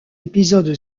épisode